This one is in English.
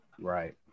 Right